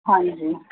ਹਾਂਜੀ